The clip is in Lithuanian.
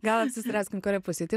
gal apsispręskim kurioj pusėj tai